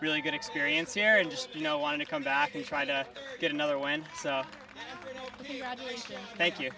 really good experience here and just you know want to come back and try to get another one thank you